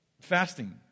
fasting